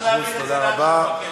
הממשלה מסכימה.